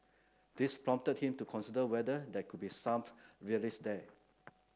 this prompted him to consider whether there could be some relics there